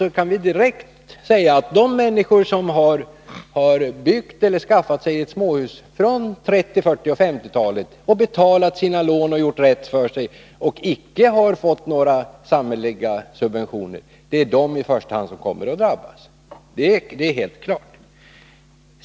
a. kan vi direkt säga att de människor som byggde eller på annat sätt skaffade sig ett småhus på 30-, 40 eller 50-talen och som betalt sina lån och gjort rätt för sig utan att få några samhälleliga subventioner är de som i första hand kommer att drabbas. Det är helt klart.